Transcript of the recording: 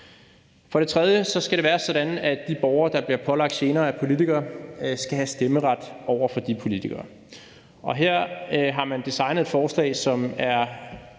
For det tredje skal det være sådan, at de borgere, der bliver pålagt gener af politikere, skal have stemmeret over for de politikere, og her har man designet et forslag, som er